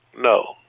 No